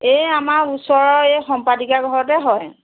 এই আমাৰ ওচৰৰ এই সম্পাদিকাৰ ঘৰতে হয়